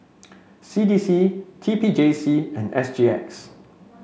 C D C T P J C and S G X